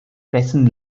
wessen